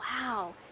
Wow